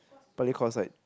partly cause like